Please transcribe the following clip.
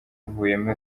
ivuyemo